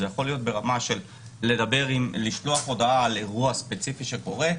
זה יכול להיות ברמה של לשלוח הודעה על אירוע ספציפי שקורה,